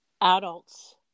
adults